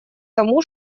тому